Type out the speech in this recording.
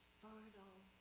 fertile